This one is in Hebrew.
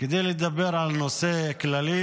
כדי לדבר על נושא כללי,